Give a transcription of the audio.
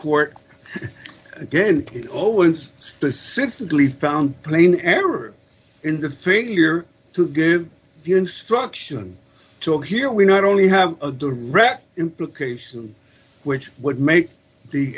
court again it always specifically found plain error in the failure to give the instruction so here we not only have a direct implication which would make the